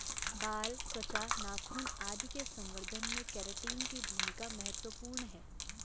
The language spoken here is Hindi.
बाल, त्वचा, नाखून आदि के संवर्धन में केराटिन की भूमिका महत्त्वपूर्ण है